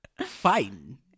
fighting